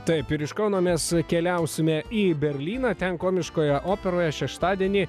taip ir iš kauno mes keliausime į berlyną ten komiškoje operoje šeštadienį